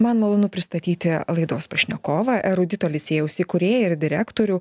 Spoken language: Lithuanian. man malonu pristatyti laidos pašnekovą erudito licėjaus įkūrėją ir direktorių